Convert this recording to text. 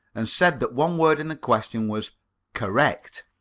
and said that one word in the question was correct.